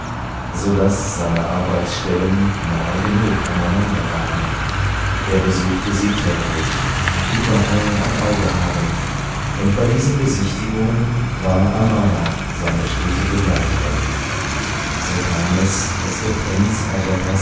so daß seine arbeitsstellen nahe genug aneinander waren er besuchte sie täglich überall ein auge habend und bei diesen besichtigungen war amara seine stete begleiterin so kam es daß der prinz